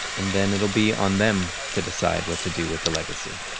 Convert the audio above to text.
and then it'll be on them to decide what to do with the legacy